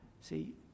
See